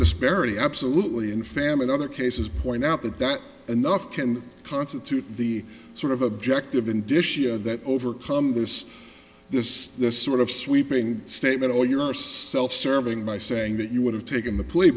disparity absolutely in famine other cases point out that that enough can constitute the sort of objective in dishes that overcome this this sort of sweeping statement or your self serving by saying that you would have taken the p